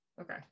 okay